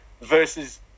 versus